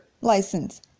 License